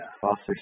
foster